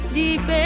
deep